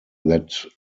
that